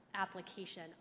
application